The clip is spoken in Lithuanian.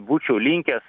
būčiau linkęs